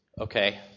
Okay